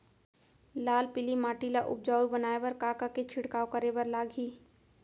लाल पीली माटी ला उपजाऊ बनाए बर का का के छिड़काव करे बर लागही?